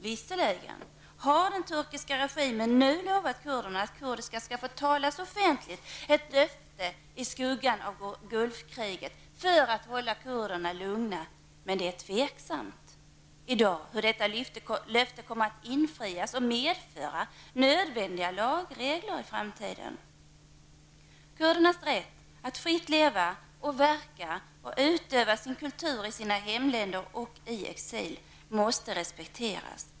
Visserligen har den turkiska regimen lovat kurderna att kurdiska skall få talas offentligt. Det är ett löfte i skuggan av Gulfkriget, i syfte att hålla kurderna lugna. Det är emellertid i dag tveksamt om det avgivna löftet kommer att infrias och om det kommer att medföra nödvändiga lagregler i framtiden. Kurdernas rätt att fritt leva och verka samt deras rätt att utöva sin kultur i sina hemländer eller i exil måste respekteras.